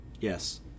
Yes